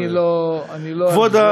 אני לא, אני לא אגזול.